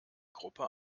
gruppe